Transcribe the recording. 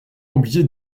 oublié